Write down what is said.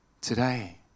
today